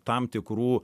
tam tikrų